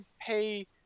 pay